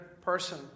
person